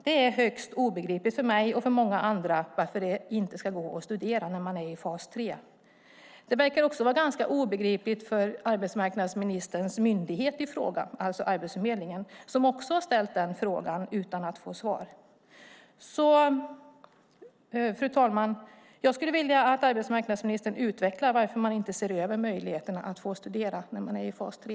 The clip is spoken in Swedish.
Det är högst obegripligt för mig och för många andra att det inte ska gå att studera när man är i fas 3. Det verkar också vara ganska obegripligt för arbetsmarknadsministerns myndighet i frågan, alltså Arbetsförmedlingen, som också har ställt den frågan utan att få svar. Fru talman! Jag skulle vilja att arbetsmarknadsministern utvecklar varför regeringen inte ser över möjligheterna att få studera för den som är i fas 3.